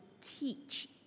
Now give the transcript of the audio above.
teach